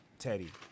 Teddy